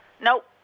Nope